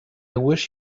wish